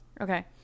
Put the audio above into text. Okay